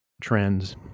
trends